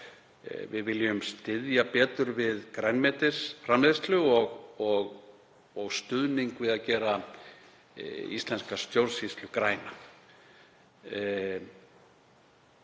Við viljum styðja betur við grænmetisframleiðslu og viljum stuðning við að gera íslenska stjórnsýslu græna.